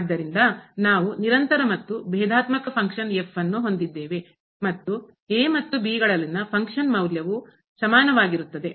ಆದ್ದರಿಂದ ನಾವು ನಿರಂತರ ಮತ್ತು ಭೇದಾತ್ಮಕ ಫಂಕ್ಷನ್ ಕಾರ್ಯ f ನ್ನು ಹೊಂದಿದ್ದೇವೆ ಮತ್ತು ಮತ್ತು ನಲ್ಲಿನ ಫಂಕ್ಷನ್ ಕಾರ್ಯ ಮೌಲ್ಯವು ಸಮಾನವಾಗಿರುತ್ತದೆ